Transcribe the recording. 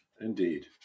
Indeed